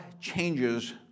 Changes